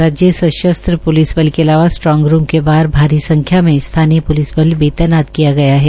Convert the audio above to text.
राज्य सशस्त्र लिस बल के अलावा स्ट्रांग रुम के बाहर भारी संख्या में स्थानीय एलिस बल भी तैनात किया गया है